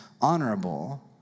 honorable